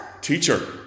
teacher